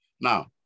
Now